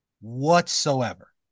Whatsoever